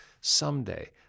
Someday